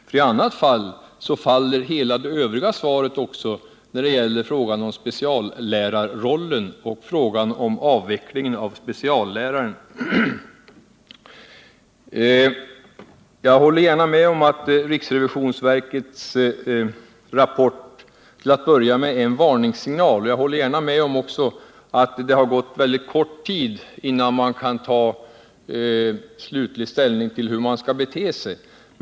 Gör hon inte det faller hela den övriga delen av svaret, nämligen frågan om speciallärarrollen och frågan om avvecklingen av speciallärartjänsterna. Jag håller med henne om att riksrevisionsverkets rapport är en varningssignal och att det har gått en mycket kort tid med tanke på det slutliga ställningstagandet till hur man skall bete sig.